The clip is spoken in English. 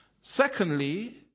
Secondly